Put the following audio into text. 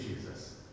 Jesus